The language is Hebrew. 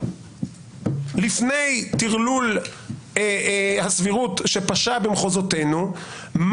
לפני טרלול הסבירות שפשה במחוזותינו,